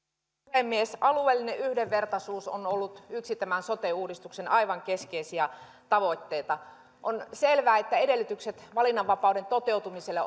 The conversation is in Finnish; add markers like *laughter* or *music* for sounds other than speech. puhemies alueellinen yhdenvertaisuus on ollut yksi tämän sote uudistuksen aivan keskeisiä tavoitteita on selvää että edellytykset valinnanvapauden toteutumiselle *unintelligible*